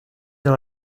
dans